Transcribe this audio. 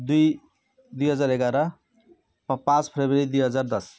दुई दुई हजार एघार प पाँच फेब्रुअरी दुई हजार दस